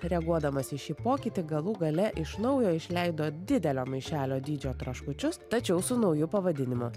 reaguodamas į šį pokytį galų gale iš naujo išleido didelio maišelio dydžio traškučius tačiau su nauju pavadinimu